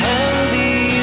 Healthy